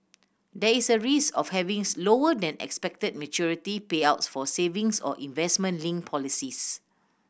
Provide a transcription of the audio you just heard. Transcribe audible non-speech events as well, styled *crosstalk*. there is a risk of having *unintelligible* lower than expected maturity payouts for savings or investment linked policies